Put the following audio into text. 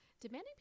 Demanding